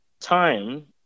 time